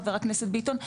חבר הכנסת ביטון,